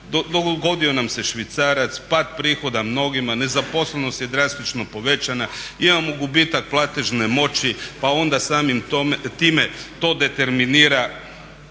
Dogodio nam se švicarac, pad prihoda mnogima, nezaposlenost je drastično povećana, imamo gubitak platežne moći pa onda samim time to determinira